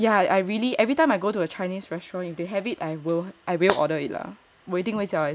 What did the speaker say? ya I really every time I go to a Chinese restaurant if they have it I will I will order it lah 我一定会叫一次 yeah